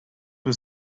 was